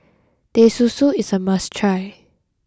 Teh Susu is a must try